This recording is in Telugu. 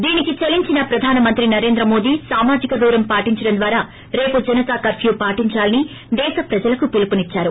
దీనికి చలించిన ప్రధాన మంత్రి నరేంద్ర మోదీ సామాజిక దూరం పాటించడం ద్వారా రేపు జనతా కర్పూ పాటిందాలని దేశ ప్రజలకు పిలుపునిద్సారు